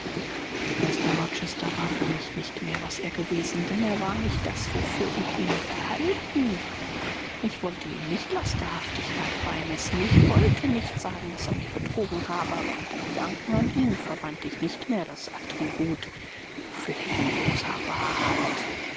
rochester war für mich nicht mehr was er gewesen denn er war nicht das wofür ich ihn gehalten ich wollte ihm nicht lasterhaftigkeit beimessen ich wollte nicht sagen daß er mich betrogen habe aber mit dem gedanken an ihn verband ich nicht mehr das attribut fleckenloser wahrheit